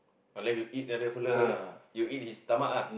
unless you eat that fella you eat his stomach ah